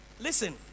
Listen